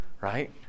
Right